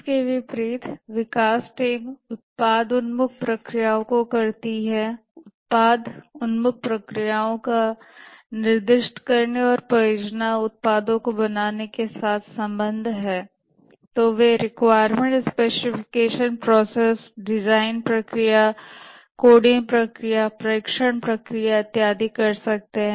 इसके विपरीत विकास टीम उत्पाद उन्मुख प्रक्रियाओं को करती है उत्पाद उन्मुख प्रक्रियाओं का निर्दिष्ट करने और परियोजना उत्पादों को बनाने के साथ संबंध है तो वे रिक्वायरमेंट स्पेसिफिकेशन प्रोसेस डिजाइन प्रक्रिया कोडिंग प्रक्रिया परीक्षण प्रक्रिया इत्यादि कर सकते हैं